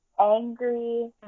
angry